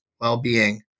well-being